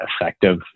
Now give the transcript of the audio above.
effective